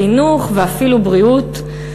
חינוך ואפילו בריאות.